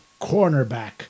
Cornerback